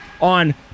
On